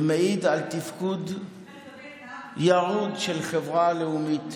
ומעיד על תפקוד ירוד של חברה לאומית,